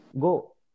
go